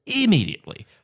immediately